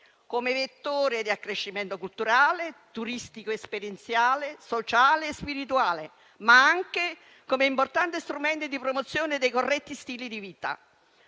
come vettore di accrescimento culturale, turistico esperienziale, sociale e spirituale, ma anche come importante strumento di promozione di corretti stili di vita.